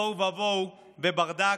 תוהו ובוהו וברדק.